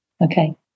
okay